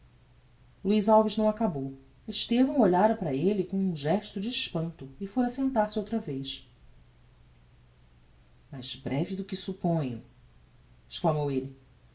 luiz alves não acabou estevão olhara para elle com um gesto de espanto e fora sentar-se outra vez mais breve do que supponho exclamou elle